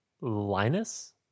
Linus